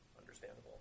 understandable